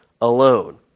alone